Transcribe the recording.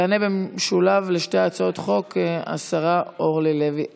תענה במשולב על שתי הצעות החוק השרה אורלי לוי אבקסיס.